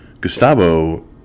Gustavo